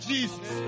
Jesus